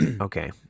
Okay